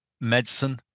medicine